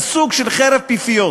זה סוג של חרב פיפיות: